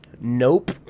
Nope